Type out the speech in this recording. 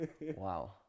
wow